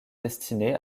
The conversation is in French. destiné